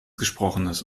gesprochenes